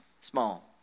small